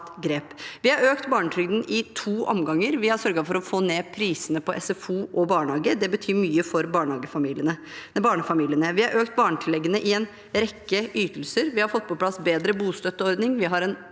Vi har økt barnetrygden i to omganger, og vi har sørget for å få ned prisene på SFO og barnehage. Det betyr mye for barnefamiliene. Vi har økt barnetilleggene i en rekke ytelser, vi har fått på plass en bedre bostøtteordning,